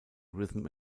rhythm